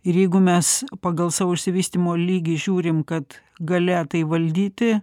ir jeigu mes pagal savo išsivystymo lygį žiūrim kad galia tai valdyti